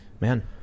Man